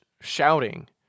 shouting